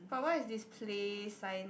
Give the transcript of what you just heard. but what is this play sign